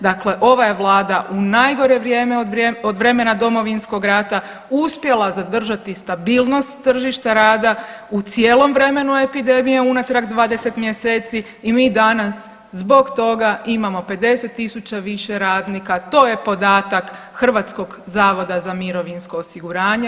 Dakle, ova je Vlada u najgore vrijeme od vremena Domovinskog rata uspjela zadržati stabilnost tržišta rada u cijelom vremenu epidemije unatrag 20 mjeseci i mi danas zbog toga imamo 50 tisuća više radnika, to je podatak Hrvatskog zavoda za mirovinsko osiguranje.